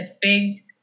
big